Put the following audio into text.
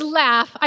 laugh